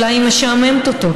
אולי משעממת אותו,